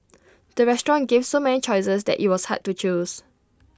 the restaurant gave so many choices that IT was hard to choose